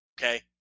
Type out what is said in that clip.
Okay